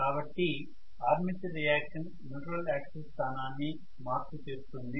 కాబట్టి armature reaction neutral axis స్థానాన్ని మార్పు చేస్తుంది